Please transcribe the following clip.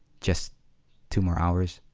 just two more hours